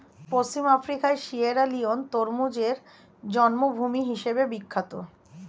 পশ্চিম আফ্রিকার সিয়েরালিওন তরমুজের জন্মভূমি হিসেবে বিখ্যাত